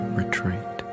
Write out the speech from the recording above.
retreat